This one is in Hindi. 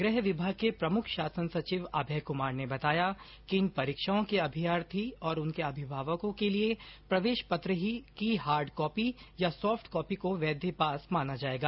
गृह विभाग के प्रमुख शासन सचिव अभय कुमार ने बताया कि इन परीक्षाओं के अभ्यर्थी और उनके अभिभावकों के ॅलिए प्रवेश पत्र की हार्ड या सॉफ्ट कॉपी को वैध पास माना जाएगा